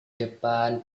depan